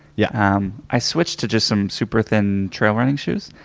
yeah um i switched to just some super thin trail running shoes,